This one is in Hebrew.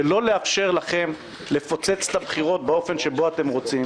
שלא לאפשר לכם לפוצץ את הבחירות באופן שבו אתם רוצים.